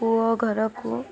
ପୁଅ ଘରକୁ